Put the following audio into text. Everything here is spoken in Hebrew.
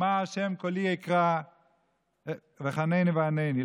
שמע ה' קולי אקרא וחנני וענני.